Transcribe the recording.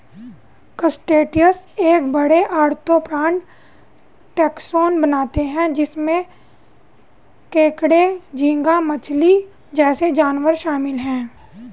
crustaceans एक बड़े, arthropod taxon बनाते हैं जिसमें केकड़े, झींगा मछली जैसे जानवर शामिल हैं